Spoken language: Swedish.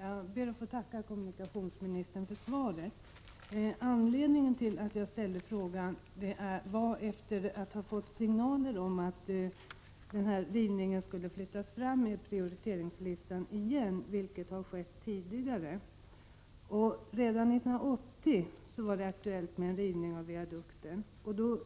Herr talman! Jag ber att få tacka kommunikationsministern för svaret. Jag ställde frågan efter att ha fått signaler om att rivningen igen skulle flyttas fram i prioriteringslistan, vilket har skett tidigare. Redan 1980 var det aktuellt med en rivning av viadukten. Då